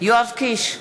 יואב קיש,